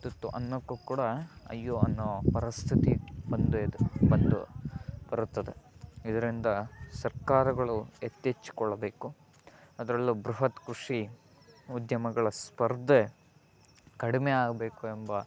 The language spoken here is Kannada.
ತುತ್ತು ಅನ್ನಕ್ಕೂ ಕೂಡ ಅಯ್ಯೋ ಅನ್ನೋ ಪರಿಸ್ಥಿತಿ ಬಂದೇದ್ ಬಂದು ಬರುತ್ತದೆ ಇದರಿಂದ ಸರ್ಕಾರಗಳು ಎಚ್ಚೆತ್ಕೊಳ್ಳಬೇಕು ಅದರಲ್ಲೂ ಬೃಹತ್ ಕೃಷಿ ಉದ್ಯಮಗಳ ಸ್ಪರ್ಧೆ ಕಡಿಮೆಯಾಗ್ಬೇಕು ಎಂಬ